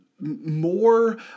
more